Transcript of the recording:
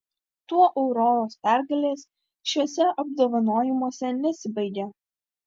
tuo auroros pergalės šiuose apdovanojimuose nesibaigė